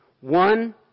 One